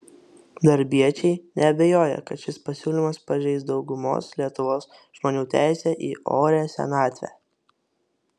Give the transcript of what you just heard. darbiečiai neabejoja kad šis pasiūlymas pažeis daugumos lietuvos žmonių teisę į orią senatvę